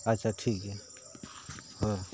ᱟᱪᱪᱷᱟ ᱴᱷᱤᱠ ᱜᱮᱭᱟ ᱦᱳᱭ